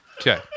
Okay